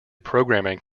programming